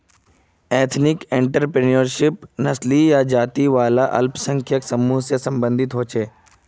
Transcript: ethnic entrepreneurship नस्ली या जाती वाला अल्पसंख्यक समूह से सम्बंधित होछे